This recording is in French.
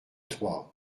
trois